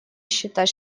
считать